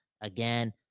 again